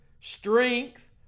strength